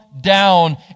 down